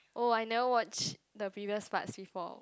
oh I never watch the previous parts before